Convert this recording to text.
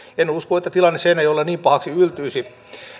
en usko että tilanne seinäjoella niin pahaksi yltyisi